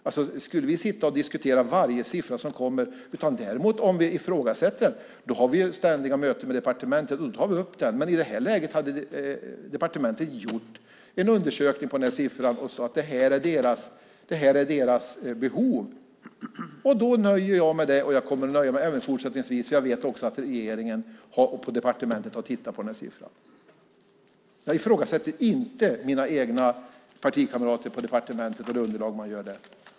Vi kan inte sitta och diskutera varje siffra som kommer, men om vi ifrågasätter något har vi ständiga möten med departementet då vi tar upp det. Men i det här läget hade departementet undersökt siffran och sade att 550 timmar var behovet. Då nöjer jag mig med det, och det kommer jag att göra även fortsättningsvis, för att jag vet att regeringen och departementet har tittat på siffran. Jag ifrågasätter inte mina egna partikamrater på departementet och det underlag som de gör där.